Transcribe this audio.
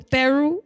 Peru